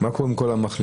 מה קורה עם כל המחלימים?